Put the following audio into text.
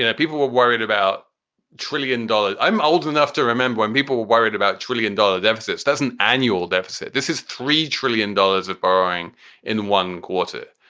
and people were worried about trillion dollar. i'm old enough to remember when people were worried about trillion dollar deficits. there's an annual deficit. this is three trillion dollars of borrowing in one quarter,